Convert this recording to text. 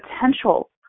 potential